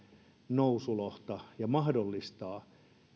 nousulohta ja mahdollistaa